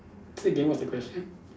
say again what's the question